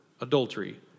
adultery